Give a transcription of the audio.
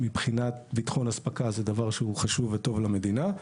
מבחינת ביטחון אספקה זה דבר שהוא חשוב וטוב למדינה,